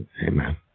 amen